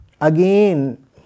again